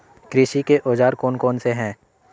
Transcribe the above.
कृषि के औजार कौन कौन से हैं?